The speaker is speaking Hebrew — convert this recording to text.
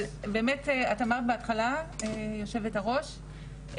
אבל באמת את אמרת בהתחלה יושבת הראש,